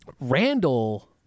randall